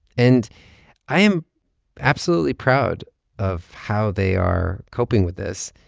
and i am absolutely proud of how they are coping with this,